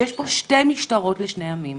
ויש פה שתי משטרות לשני עמים.